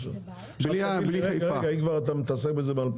עכשיו תגיד לי, רגע רגע אם אתה מתעסק בזה מ-?